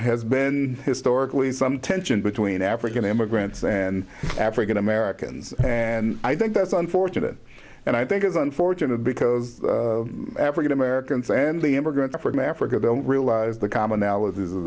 has been historically some tension between african immigrants and african americans and i think that's unfortunate and i think it's unfortunate because african americans and the immigrants from africa don't realize the common